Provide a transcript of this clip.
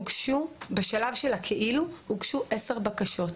בשלב של הכאילו הוגשו עשר בקשות.